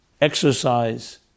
exercise